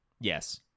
yes